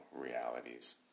realities